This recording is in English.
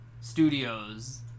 studios